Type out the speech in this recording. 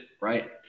Right